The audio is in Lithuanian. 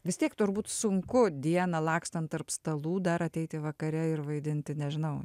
vis tiek turbūt sunku dieną lakstant tarp stalų dar ateiti vakare ir vaidinti nežinau